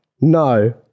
no